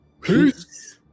Peace